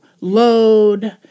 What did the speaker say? load